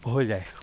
হৈ যায়